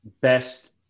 best